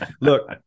look